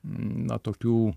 na tokių